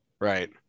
right